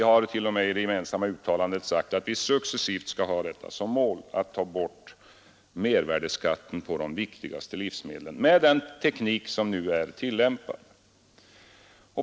Herr Hélen och jag har i det gemensamma uttalandet sagt att vi skall ha som mål att successivt ta bort mervärdeskatten på de viktigaste livsmedlen, med den teknik som nu är tillämpad.